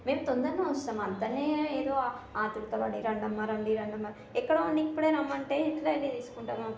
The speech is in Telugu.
మేము తొందరగానే వస్తాము అతనే ఏదో ఆతురత పడి రండమ్మా రండి రండమ్మా ఎక్కడో ఉండి ఇప్పుడే రమ్మంటే ఎట్లా అండి తీసుకుంటాము